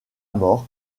mort